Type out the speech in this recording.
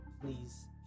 Please